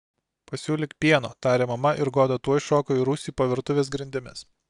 pasiūlyk pieno tarė mama ir goda tuoj šoko į rūsį po virtuvės grindimis